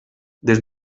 des